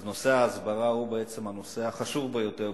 אז ההסברה היא בעצם הנושא החשוב ביותר,